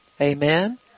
Amen